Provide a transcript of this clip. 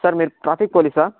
sir మీరు traffic పోలీసా